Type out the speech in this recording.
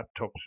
laptops